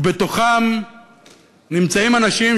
ובתוכן נמצאים אנשים,